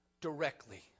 directly